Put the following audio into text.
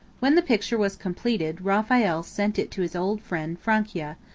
when the picture was completed raphael sent it to his old friend francia,